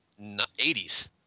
80s